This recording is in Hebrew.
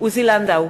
עוזי לנדאו,